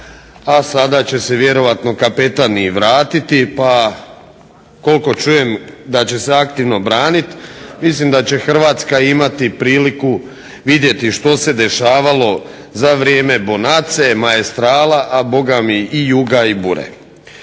a sada će se vjerojatno kapetan i vratiti pa koliko čujem da će se aktivno braniti. Mislim da će Hrvatska imati priliku vidjeti što se dešavalo za vrijeme bonace, maestrala, a i juga i bure.